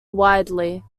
widely